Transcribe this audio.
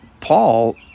Paul